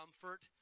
comfort